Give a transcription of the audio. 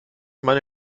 meine